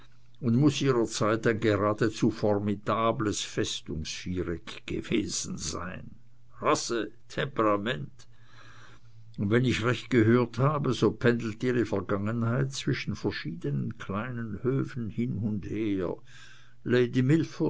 und muß ihrerzeit ein geradezu formidables festungsviereck gewesen sein rasse temperament und wenn ich recht gehört habe so pendelt ihre vergangenheit zwischen verschiedenen kleinen höfen hin und her lady